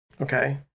Okay